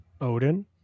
Odin